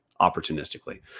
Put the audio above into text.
opportunistically